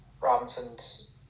Robinson's